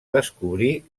descobrir